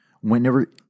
whenever